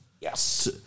Yes